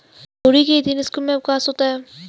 लोहड़ी के दिन स्कूल में अवकाश होता है